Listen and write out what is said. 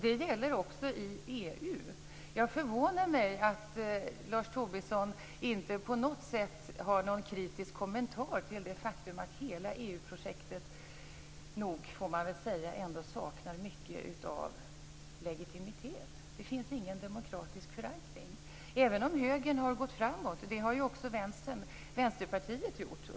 Det gäller också i Det förvånar mig att Lars Tobisson inte har någon kritisk kommentar till det faktum att hela EU projektet, får man väl säga, saknar mycket av legitimitet. Det finns ingen demokratisk förankring. Högern har gått framåt, men det har också Vänsterpartiet gjort.